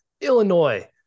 illinois